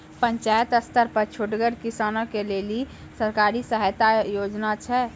पंचायत स्तर पर छोटगर किसानक लेल कुनू सरकारी सहायता योजना छै?